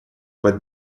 под